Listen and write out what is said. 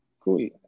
Cool